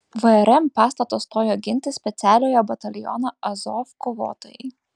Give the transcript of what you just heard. vrm pastato stojo ginti specialiojo bataliono azov kovotojai